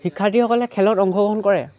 শিক্ষাৰ্থীসকলে খেলত অংশগ্ৰহণ কৰে